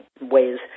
ways